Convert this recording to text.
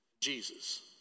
Jesus